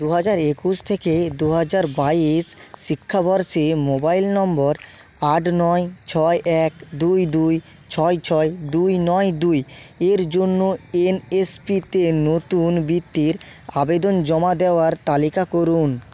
দুহাজার একুশ থেকে দুহাজার বাইশ শিক্ষাবর্ষে মোবাইল নম্বর আট নয় ছয় এক দুই দুই ছয় ছয় দুই নয় দুই এর জন্য এনএসপিতে নতুন বৃত্তির আবেদন জমা দেওয়ার তালিকা করুন